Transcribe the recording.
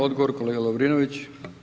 Odgovor kolega Lovrinović.